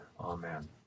Amen